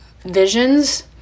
visions